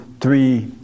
three